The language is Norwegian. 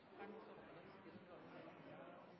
Jeg må også minne om at